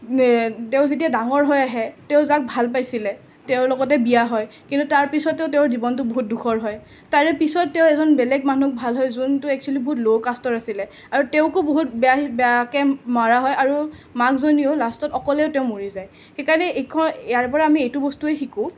তেওঁ যেতিয়া ডাঙৰ হৈ আহে তেওঁ যাক ভাল পাইছিলে তেওঁৰ লগতে বিয়া হয় কিন্তু তাৰ পিছতো তেওঁৰ জীৱনটো বহুত দুখৰ হয় তাৰে পিছত তেওঁ এজন বেলেগ মানুহক ভাল হয় যিটো এক্সোৱেলি বহুত ল' কাষ্টৰ আছিলে আৰু তেওঁকো বহুত বেয়াকৈ মাৰা হয় আৰু মাকজনীও লাষ্টত অকলেই তেওঁ মৰি যায় সেইকাৰণে এইখ ইয়াৰ পৰা আমি এইটো বস্তুৱে শিকোঁ